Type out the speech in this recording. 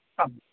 आम्